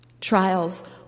trials